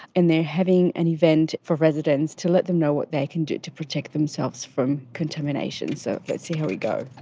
and they're having an event for residents to let them know what they can do to protect themselves from contamination, so let's see how we go.